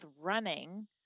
running